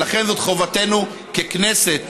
ולכן, זאת חובתנו ככנסת,